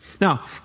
Now